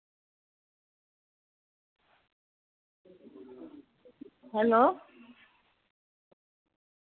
hello